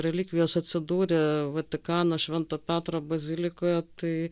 relikvijos atsidūrė vatikano švento petro bazilikoje tai